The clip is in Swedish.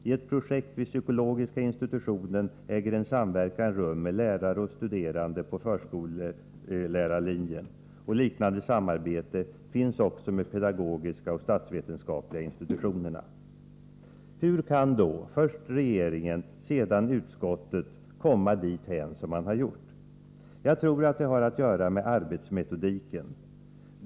I ett projekt vid psykologiska institutionen äger en samverkan rum med lärare och studerande på förskollärarlinjen; liknande samarbete finns också med pedagogiska och statsvetenskapliga institutionerna. Hur kan då först regeringen, sedan utskottet, komma dithän som man har gjort? Jag tror det har att göra med arbetsmetodiken.